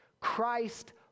Christ